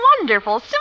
Wonderful